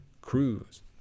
Cruz